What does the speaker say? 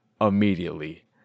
immediately